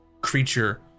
creature